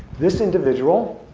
this individual